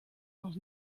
noch